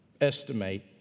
estimate